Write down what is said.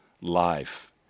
life